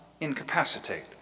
incapacitate